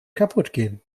kaputtgehen